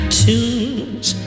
tunes